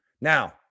now